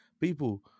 people